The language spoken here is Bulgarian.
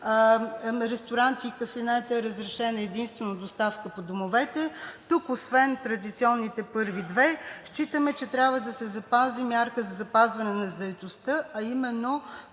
ресторанти и кафенета – разрешена е единствено доставка по домовете. Тук освен традиционните първи две считаме, че трябва да се запази мярката за запазване на заетостта, а именно